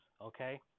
okay